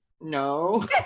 no